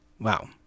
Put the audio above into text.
Wow